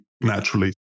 naturally